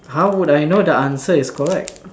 how would I know the answer is correct